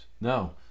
No